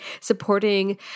supporting